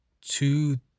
two